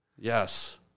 Yes